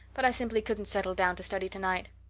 but i simply couldn't settle down to study tonight.